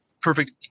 perfect